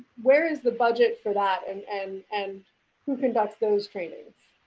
where is the budget for that, and and and who conducts those trainings?